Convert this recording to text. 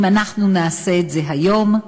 אם אנחנו נעשה את זה היום,